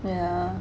yeah